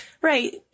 Right